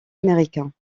américain